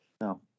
No